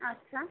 আচ্ছা